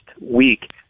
week